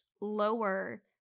lower